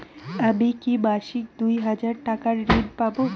আমি কি মাসিক দুই হাজার টাকার ঋণ পাব?